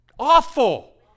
Awful